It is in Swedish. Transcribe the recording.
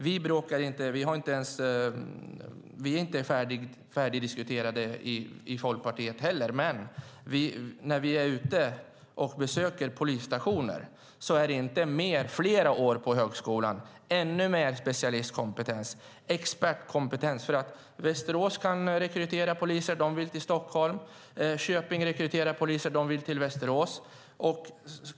Vi har inte diskuterat färdigt i Folkpartiet, men när vi besöker polisstationer är det inte fler år på högskolan och ännu mer specialistkompetens och expertkompetens de efterfrågar. Västerås rekryterar poliser, och de vill till Stockholm. Köping rekryterar poliser, och de vill till Västerås.